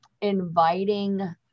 inviting